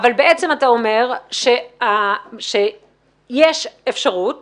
בעצם אתה אומר שיש אפשרות